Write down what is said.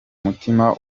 mutima